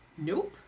Nope